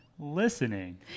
listening